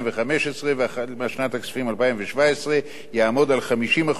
והחל משנת הכספים 2014 יעמוד על 50% מהסכום הנ"ל.